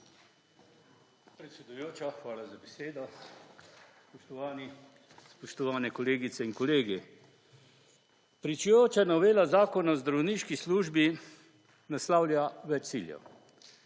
Predsedujoča, hvala za besedo. Spoštovani kolegice in kolegi! Pričujoča novela zakona o zdravniški službi naslavlja več ciljev.